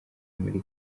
muri